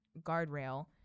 guardrail